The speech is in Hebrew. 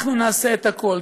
אנחנו נעשה את הכול,